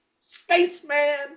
spaceman